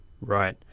Right